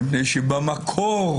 כי במקור